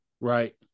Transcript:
Right